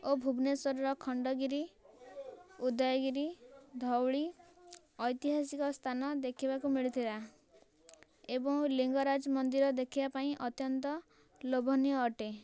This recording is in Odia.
ଓ ଭୁବନେଶ୍ୱର ର ଖଣ୍ଡଗିରି ଉଦୟଗିରି ଧଉଳି ଐତିହାସିକ ସ୍ଥାନ ଦେଖିବାକୁ ମିଳିଥିଲା ଏବଂ ଲିଙ୍ଗରାଜ ମନ୍ଦିର ଦେଖିବା ପାଇଁ ଅତ୍ୟନ୍ତ ଲୋଭନୀୟ ଅଟେ